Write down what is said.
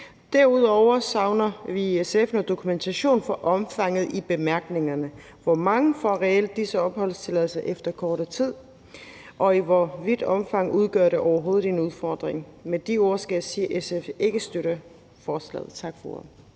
Derudover savner vi i SF noget dokumentation for omfanget i bemærkningerne: Hvor mange får reelt disse opholdstilladelser efter kortere tid? Og i hvor vidt omfang udgør det overhovedet en udfordring? Med de ord skal jeg sige, at SF ikke støtter forslaget. Tak for ordet.